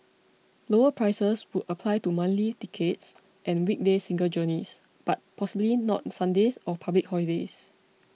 lower prices would apply to monthly tickets and weekday single journeys but possibly not Sundays or public holidays